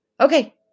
okay